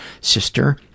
sister